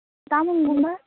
Tamang Gumba